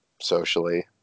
socially